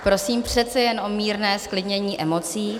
Prosím přece jen o mírné zklidnění emocí.